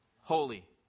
Holy